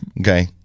Okay